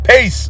Peace